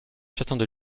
j’attends